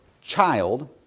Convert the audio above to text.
child